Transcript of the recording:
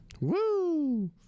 Woo